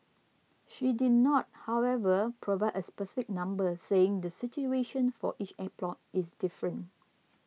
she did not however provide a specific number saying the situation for each airport is different